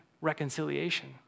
reconciliation